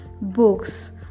books